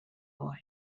boy